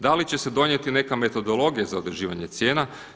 Da li će se donijeti neka metodologija za određivanje cijena?